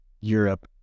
europe